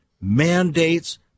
mandates